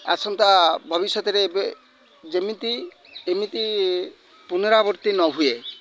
ଆସନ୍ତା ଭବିଷ୍ୟତରେ ଏବେ ଯେମିତି ଏମିତି ପୁନଃରାବୃତ୍ତି ନ ହୁଏ